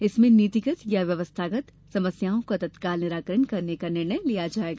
इसमें नीतिगत या व्यवस्थागत समस्याओं का तत्काल निराकरण करने का निर्णय लिया जाएगा